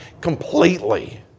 completely